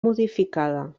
modificada